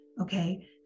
okay